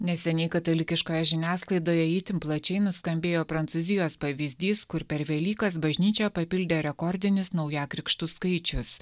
neseniai katalikiškoje žiniasklaidoje itin plačiai nuskambėjo prancūzijos pavyzdys kur per velykas bažnyčią papildė rekordinis naujakrikštų skaičius